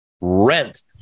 rent